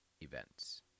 events